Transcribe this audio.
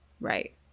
right